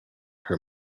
her